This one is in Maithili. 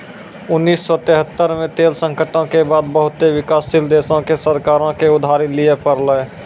उन्नीस सौ तेहत्तर मे तेल संकटो के बाद बहुते विकासशील देशो के सरकारो के उधारी लिये पड़लै